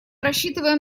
рассчитываем